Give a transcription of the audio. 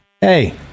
Hey